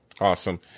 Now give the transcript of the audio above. awesome